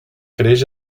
creix